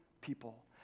people